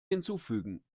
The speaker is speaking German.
hinzufügen